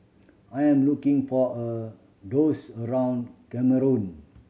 I'm looking for a lose around Cameroon